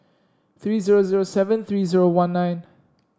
three zero zero seven three zero one nine